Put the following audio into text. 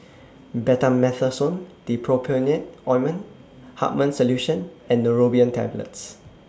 Betamethasone Dipropionate Ointment Hartman's Solution and Neurobion Tablets